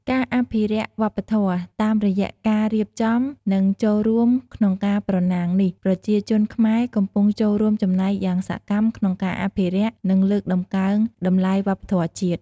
ការអភិរក្សវប្បធម៌ តាមរយៈការរៀបចំ និងចូលរួមក្នុងការប្រណាំងនេះ ប្រជាជនខ្មែរកំពុងចូលរួមចំណែកយ៉ាងសកម្មក្នុងការអភិរក្ស និងលើកតម្កើងតម្លៃវប្បធម៌ជាតិ។